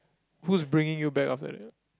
who's bringing you back after that